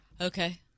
Okay